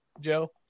Joe